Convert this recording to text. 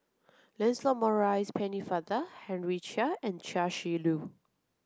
Lancelot Maurice Pennefather Henry Chia and Chia Shi Lu